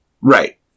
Right